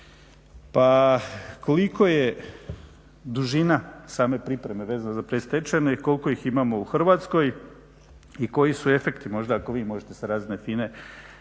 Pa koliko je dužina same pripreme veza za predstečajne i koliko ih imamo u Hrvatskoj i koji su efekti? Možda ako vi možete sa razine